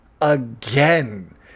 Again